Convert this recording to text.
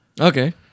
Okay